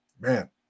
man